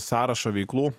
sąrašą veiklų